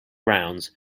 grounds